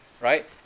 Right